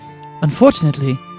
Unfortunately